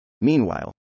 Meanwhile